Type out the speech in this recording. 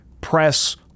press